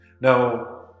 Now